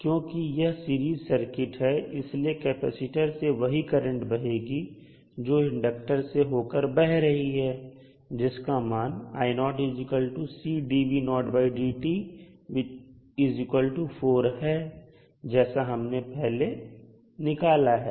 क्योंकि यह series circuit है इसलिए कैपेसिटर से वही करंट बहगी जो इंडक्टर से होकर बह रही है जिसका मान है जैसा हमने पहले निकाला है